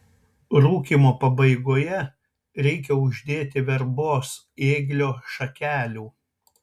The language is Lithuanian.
rūkymo pabaigoje reikia uždėti verbos ėglio šakelių